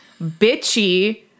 bitchy